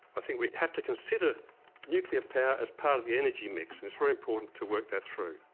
i think we have to consider nuclear power as part of the energy mix and it's very important to work that through.